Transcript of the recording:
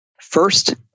first